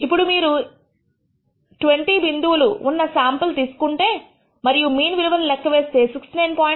ఇప్పుడు మీరు 20 బిందువులు ఉన్న శాంపుల్ తీసుకుంటే మరియు మీన్ విలువను లెక్క వేస్తే 69